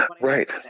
right